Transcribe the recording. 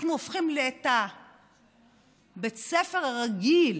אנחנו הופכים את בית הספר הרגיל